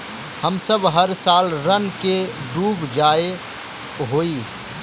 हम सब हर साल ऋण में डूब जाए हीये?